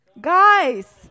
guys